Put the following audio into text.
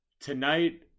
Tonight